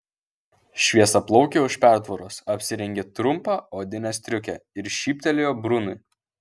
šviesiaplaukė už pertvaros apsirengė trumpą odinę striukę ir šyptelėjo brunui